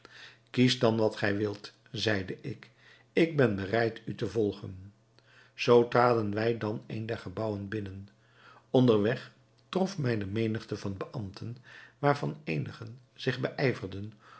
kies dan wat gij wilt zeide ik ik ben bereid u te volgen zoo traden wij dan een der gebouwen binnen onder weg trof mij de menigte van beambten waarvan eenigen zich